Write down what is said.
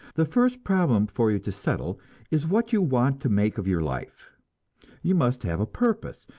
the first problem for you to settle is what you want to make of your life you must have a purpose,